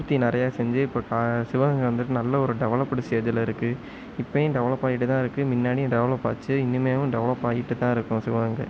பூர்த்தி நிறையா செஞ்சு இப்போ சிவகங்கை வந்துவிட்டு நல்ல ஒரு டெவலப்புடு ஸ்டேஜில் இருக்கு இப்பயும் டெவலப் ஆகிட்டுதான் இருக்கு முன்னாடியும் டெவலப் ஆச்சு இனிமேலும் டெவலப் ஆகிட்டு தான் இருக்கும் சிவகங்கை